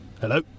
Hello